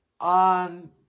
on